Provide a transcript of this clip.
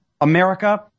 America